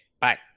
Bye